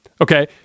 Okay